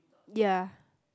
ya